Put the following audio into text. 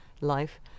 life